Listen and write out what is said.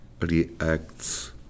reacts